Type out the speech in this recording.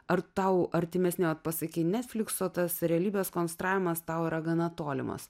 ar tau artimesni ar pasakei netflix o tas realybės konstravimas tau yra gana tolimas